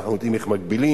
ואנחנו יודעים איך מגבילים,